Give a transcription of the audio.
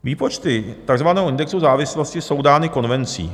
Výpočty takzvaného indexu závislosti jsou dány konvencí.